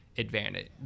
Advantage